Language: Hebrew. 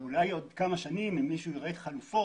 אולי עוד כמה שנים מישהו יציג חלופות